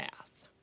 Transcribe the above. ass